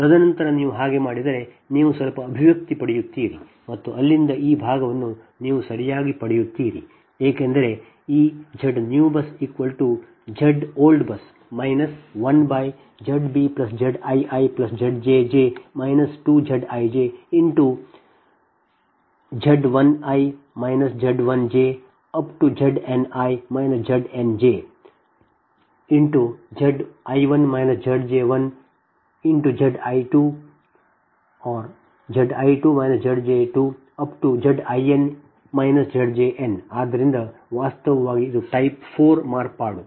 ತದನಂತರ ನೀವು ಹಾಗೆ ಮಾಡಿದರೆ ನೀವು ಸ್ವಲ್ಪ ಅಭಿವ್ಯಕ್ತಿ ಪಡೆಯುತ್ತೀರಿ ಮತ್ತು ಅಲ್ಲಿಂದ ಈ ಭಾಗವನ್ನು ನೀವು ಸರಿಯಾಗಿ ಪಡೆಯುತ್ತೀರಿ ಏಕೆಂದರೆ ಈ ZBUSNEWZBUSOLD 1ZbZiiZjj 2ZijZ1i Z1j Z2i Z2j Zni Znj Zi1 Zj1 Zi2 Zj2 Zin Zjn ಆದ್ದರಿಂದ ಇದು ವಾಸ್ತವವಾಗಿ ಟೈಪ್ 4 ಮಾರ್ಪಾಡು